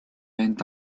end